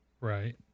right